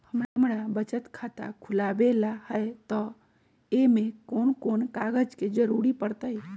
हमरा बचत खाता खुलावेला है त ए में कौन कौन कागजात के जरूरी परतई?